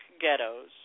ghettos